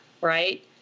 right